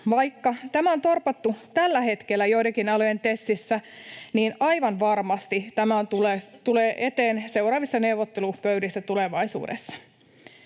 Vaikka tämä on torpattu tällä hetkellä joidenkin alojen TESissä, niin aivan varmasti tämä tulee eteen seuraavissa neuvottelupöydissä tulevaisuudessa.